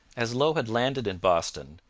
as low had landed in boston,